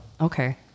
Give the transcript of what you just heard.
Okay